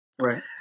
right